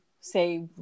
say